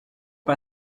pas